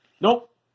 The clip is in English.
Nope